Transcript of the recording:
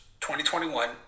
2021